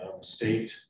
state